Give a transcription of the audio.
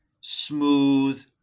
smooth